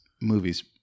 movie's